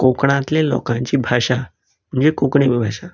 कोकणांतल्या लोकांची भाशा म्हणजे कोंकणी भाशा